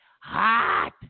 Hot